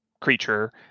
creature